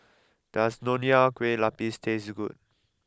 does Nonya Kueh Lapis taste good